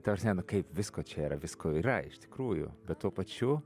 ta prasme nu kaip visko čia yra visko yra iš tikrųjų bet tuo pačiu